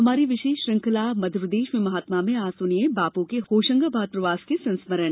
हमारी विशेष श्रृंखला मध्यप्रदेश में महात्मा में आज सुनिए बापू के होशंगाबाद प्रवास के संस्मरण